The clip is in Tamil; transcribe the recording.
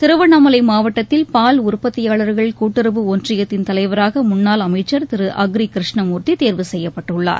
திருவண்ணாமலை மாவட்டத்தில் பால் உற்பத்தியாளர்கள் கூட்டுறவு ஒன்றியத்தின் தலைவராக முன்னாள் அமைச்சர் திரு அக்ரி கிருஷ்ணமூர்த்தி தேர்வு செய்யப்பட்டுள்ளார்